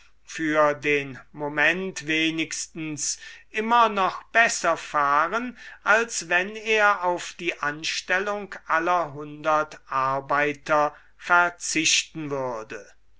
für den moment wenigstens immer noch besser fahren als wenn er auf die anstellung aller hundert arbeiter verzichten würde